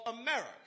America